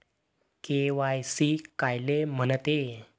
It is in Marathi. के.वाय.सी कायले म्हनते?